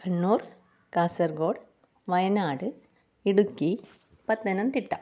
Kannur Kasaragod Wayanad Idukki Pathanamthitta